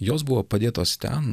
jos buvo padėtos ten